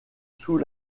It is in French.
sous